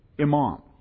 imam